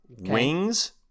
Wings